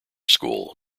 school